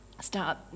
start